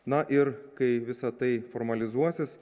na ir kai visa tai formalizuosis